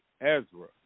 Ezra